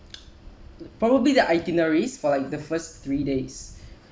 probably the itineraries for like the first three days